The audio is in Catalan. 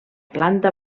planta